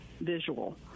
visual